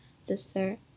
sister